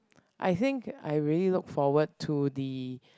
I think I really look forward to the